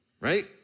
Right